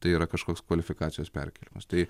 tai yra kažkoks kvalifikacijos perkėlimas tai